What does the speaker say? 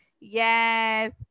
Yes